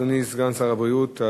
אדוני סגן שר הבריאות,